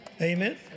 Amen